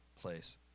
place